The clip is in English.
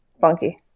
funky